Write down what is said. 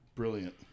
brilliant